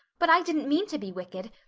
but i didn't mean to be wicked.